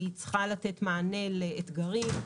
היא צריכה לתת מענה לאתגרים,